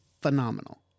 phenomenal